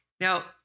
Now